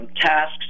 tasks